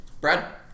Brad